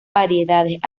variedades